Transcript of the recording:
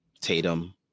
Tatum